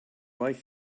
like